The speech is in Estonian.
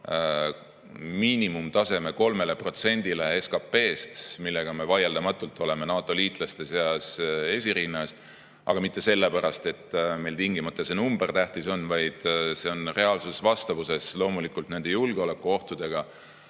miinimumtaseme 3%‑le SKT‑st, millega me vaieldamatult oleme NATO liitlaste seas esirinnas, aga mitte sellepärast, et meile tingimata see number tähtis on, vaid see on reaalses vastavuses loomulikult nende julgeolekuohtudega.